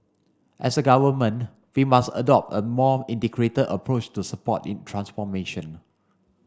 as a Government we must adopt a more integrated approach to support in transformation